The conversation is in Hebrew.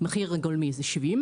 המחיר הגולמי הוא 70,